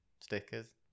Stickers